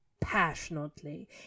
Passionately